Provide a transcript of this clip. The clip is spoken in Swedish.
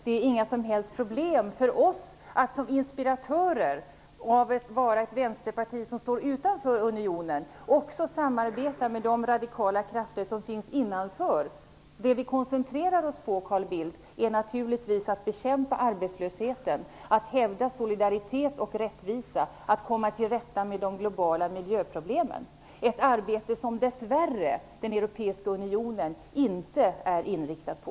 Det är inga som helst problem för oss som inspiratörer av ett varaktigt Vänsterparti som står utanför unionen att också samarbeta med de radikala krafter som finns inom unionen. Det vi koncentrerar oss på, Carl Bildt, är naturligtvis att bekämpa arbetslösheten, att hävda solidaritet och rättvisa och att komma till rätta med de globala miljöproblemen - ett arbete som den europeiska unionen dess värre inte är inriktat på.